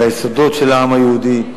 על היסודות של העם היהודי,